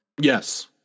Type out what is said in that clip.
yes